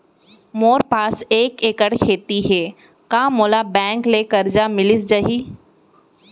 मोर पास एक एक्कड़ खेती हे का मोला बैंक ले करजा मिलिस जाही?